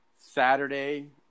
Saturday